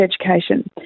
education